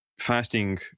fasting